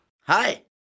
Hi